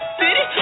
city